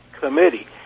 committee